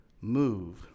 move